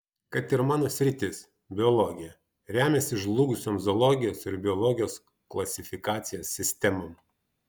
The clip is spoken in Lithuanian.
kad ir mano sritis biologija remiasi žlugusiom zoologijos ir biologijos klasifikacijos sistemom